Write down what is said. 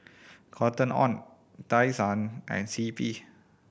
Cotton On Tai Sun and C P